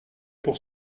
pour